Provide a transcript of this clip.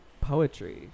poetry